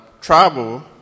travel